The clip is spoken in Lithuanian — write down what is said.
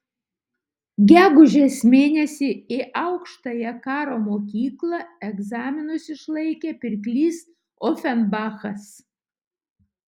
gegužės mėnesį į aukštąją karo mokyklą egzaminus išlaikė pirklys ofenbachas